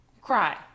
cry